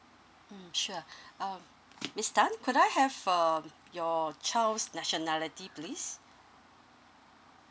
mm sure um miss tan could I have um your child's nationality please